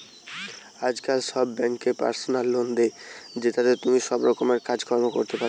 আজকাল সব বেঙ্কই পার্সোনাল লোন দে, জেতাতে তুমি সব রকমের কাজ কর্ম করতে পারবা